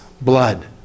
blood